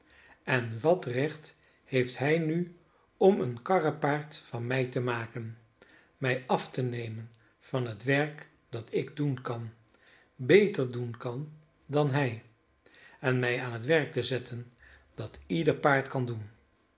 en wat recht heeft hij nu om een karrepaard van mij te maken mij af te nemen van het werk dat ik doen kan beter doen kan dan hij en mij aan werk te zetten dat ieder paard kan doen